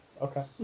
Okay